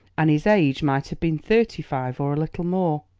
and his age might have been thirty-five or a little more.